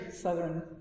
Southern